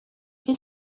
این